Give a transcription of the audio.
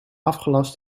afgelast